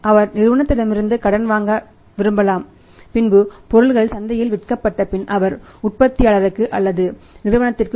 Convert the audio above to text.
அவர் நிறுவனத்திடமிருந்து கடன் வாங்க விரும்பலாம் பின்பு பொருள்கள் சந்தையில் விற்கப்பட்டபின் அவர் உற்பத்தியாளருக்கு அல்லது நிறுவனத்திற்கு